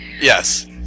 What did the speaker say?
Yes